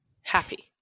Happy